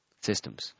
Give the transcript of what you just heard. systems